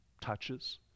touches